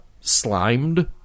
slimed